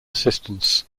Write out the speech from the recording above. assistance